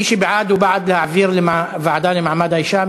מי שבעד הוא בעד להעביר לוועדה לקידום מעמד האישה,